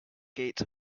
gates